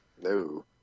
No